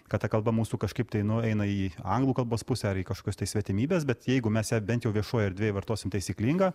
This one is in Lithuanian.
kad ta kalba mūsų kažkaip tai nu eina į anglų kalbos pusę ar į kažkokias tai svetimybes bet jeigu mes ją bent jau viešoj erdvėj vartosim taisyklingą